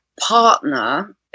partner